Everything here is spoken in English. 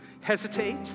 hesitate